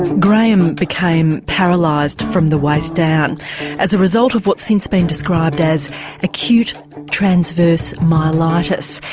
graham became paralysed from the waist down as a result of what's since been described as acute transverse myelitis,